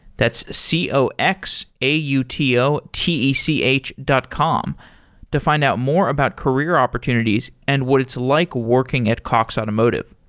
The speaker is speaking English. that's c o x a u t o t e c h dot com to find out more about career opportunities and what it's like working at cox automotive.